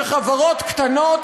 שחברות קטנות,